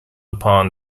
upon